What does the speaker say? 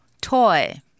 toy